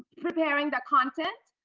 preparing the content,